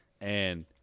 and-